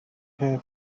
hair